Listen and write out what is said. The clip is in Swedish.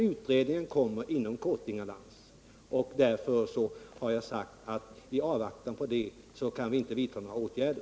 Utredningen kommer inom kont, Inga Lantz, och därför har jag sagt att i avvaktan på den kan vi inte vidta några åtgärder.